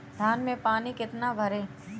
धान में पानी कितना भरें?